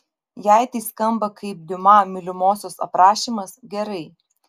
jei tai skamba kaip diuma mylimosios aprašymas gerai